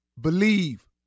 Believe